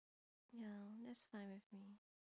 ya that's fine with me